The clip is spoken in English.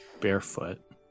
barefoot